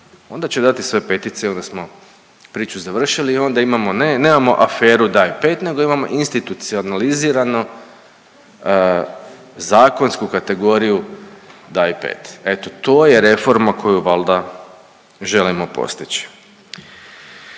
Onda će dati sve petice i onda smo priču završili i onda imamo, nemamo aferu „Daj pet“ nego imamo institucionalizirano zakonsku kategoriju „Daj pet“. Eto to je reforma koju valjda želimo postići.